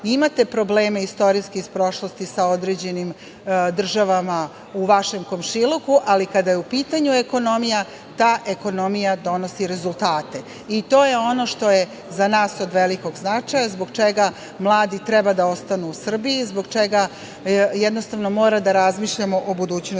imate probleme istorijske iz prošlosti sa određenim državama u vašem komšiluku, ali kada je u pitanju ekonomija, ta ekonomija donosi rezultate. To je ono što je za nas od velikog značaja, zbog čega mladi treba da ostanu u Srbiji, zbog čega jednostavno moramo da razmišljamo o budućnosti